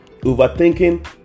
overthinking